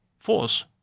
Force